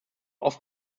oft